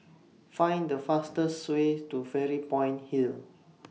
Find The fastest Way to Fairy Point Hill